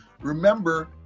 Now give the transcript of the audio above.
Remember